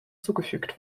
zugefügt